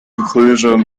inclusion